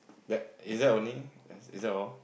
that is that only is that all